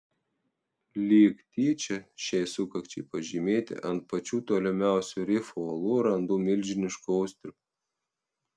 lyg tyčia šiai sukakčiai pažymėti ant pačių tolimiausių rifo uolų randu milžiniškų austrių